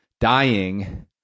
dying